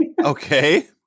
Okay